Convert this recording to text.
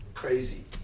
crazy